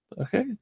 Okay